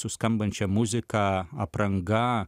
su skambančia muzika apranga